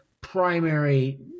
primary